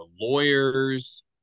lawyers